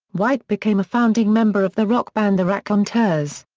white became a founding member of the rock band the raconteurs.